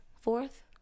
Fourth